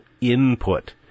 input